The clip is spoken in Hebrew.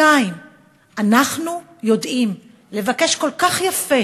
2. אנחנו יודעים לבקש כל כך יפה